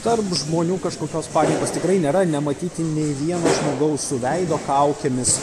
tarp žmonių kažkokios panikos tikrai nėra nematyti nei vieno žmogaus su veido kaukėmis